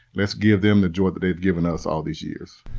let's give them the joy that they've given us all these years.